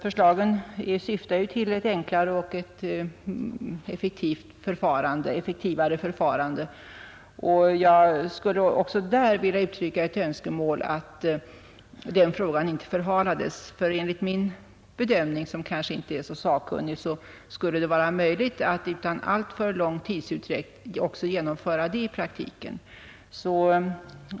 Förslagen syftar ju till ett enklare och effektivare förfarande. Jag skulle också på den punkten vilja uttrycka ett önskemål om att frågan inte förhalas. Enligt min bedömning — som kanske inte är så sakkunnig — skulle det vara möjligt att utan alltför lång tidsutdräkt genomföra också den reformen i praktiken.